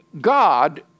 God